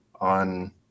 on